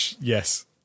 Yes